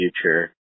future